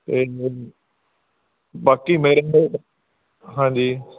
ਅਤੇ ਬਾਕੀ ਮੇਰੇ ਹਾਂਜੀ